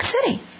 City